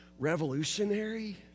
revolutionary